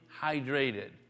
hydrated